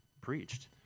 preached